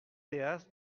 théâtre